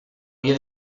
via